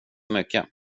mycket